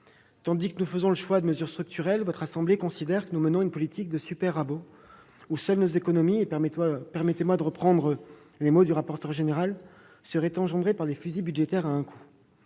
Tandis que nous faisons le choix de mesures structurelles, le Sénat considère que nous menons une politique de « super-rabot », où nos seules économies- permettez-moi de reprendre vos mots, monsieur le rapporteur général -seraient engendrées par des « fusils budgétaires à un coup